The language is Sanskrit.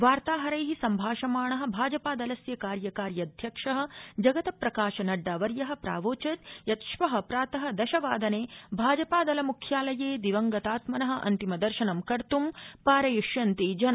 वार्ताहरै सम्भाषमाण भाजपादलस्य कार्यकार्यध्यक्ष जगत प्रकाश नड्डावर्य प्रवोचद्यत् श्व प्रात दशवादने भाजपादल मुख्यालये दिवंगतात्मन अन्तिमदर्शनं कर्त् पारथिष्यन्ति जना